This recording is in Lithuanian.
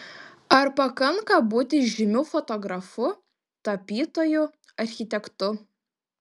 ar pakanka būti žymiu fotografu tapytoju architektu